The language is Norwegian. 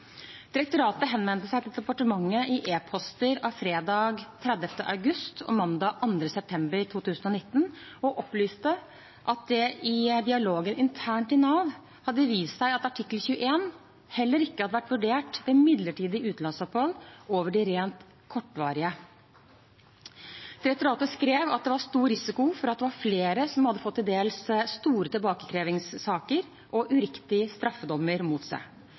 Direktoratet henvendte seg til departementet i e-poster av fredag 30. august og mandag 2. september 2019 og opplyste at det i dialogen internt i Nav hadde vist seg at artikkel 21 heller ikke hadde vært vurdert ved midlertidige utenlandsopphold utover de rent kortvarige. Direktoratet skrev at det var stor risiko for at det var flere som hadde fått til dels store tilbakekrevingssaker og uriktige straffedommer mot seg.